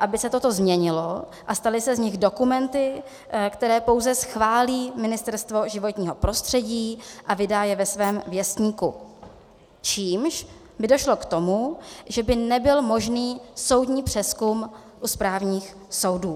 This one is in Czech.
aby se toto změnilo a staly se z nich dokumenty, které pouze schválí Ministerstvo životního prostředí a vydá je ve svém věstníku, čímž by došlo k tomu, že by nebyl možný soudní přezkum u správních soudů.